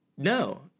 No